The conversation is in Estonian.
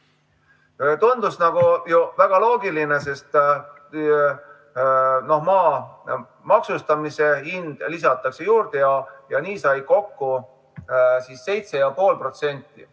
Tundus ju väga loogiline, sest maa maksustamishind lisatakse juurde ja nii sai kokku 7,5%.